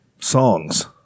songs